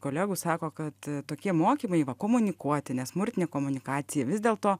kolegų sako kad tokie mokymai va komunikuoti nesmurtinė komunikacija vis dėl to